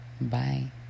Bye